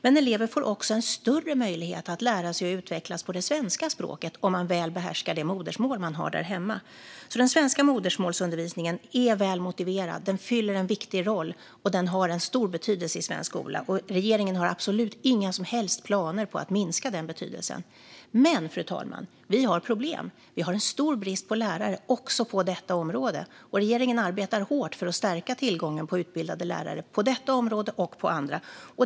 Men elever får också en större möjlighet att lära sig och utvecklas i det svenska språket om de väl behärskar det modersmål de har därhemma. Den svenska modersmålsundervisningen är väl motiverad. Den fyller en viktig roll, och den har en stor betydelse i svensk skola. Regeringen har absolut inga som helst planer på att minska den betydelsen. Men, fru talman, vi har problem. Vi har en stor brist på lärare, också på detta område. Regeringen arbetar hårt för att stärka tillgången på utbildade lärare på detta område och på andra.